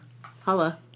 holla